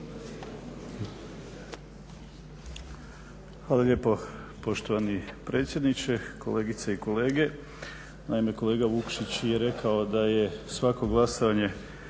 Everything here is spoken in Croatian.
Hvala lijepo poštovani predsjedniče. Kolegice i kolege. Naime, kolega Vukšić je rekao da je svako glasanje